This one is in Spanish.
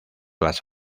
las